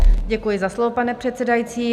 Děkuji za slovo, pane předsedající.